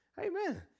Amen